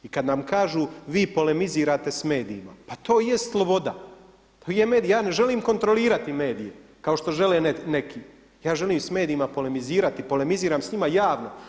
I kada nam kažu vi polemizirate s medijima, pa to i jest sloboda, to je medij, ja ne želim kontrolirati medije kao što žele neki, ja želim s medijima polemizirati i polemiziram s njima javno.